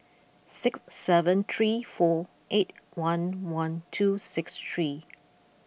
six seven three four eight one one two six three